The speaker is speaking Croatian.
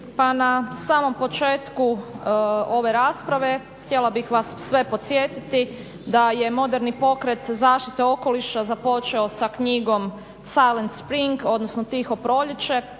Pa na samom početku ove rasprave htjela bih vas sve podsjetiti da je moderni pokret zaštite okoliša započeo sa knjigom Silence Spring, odnosno Tiho proljeće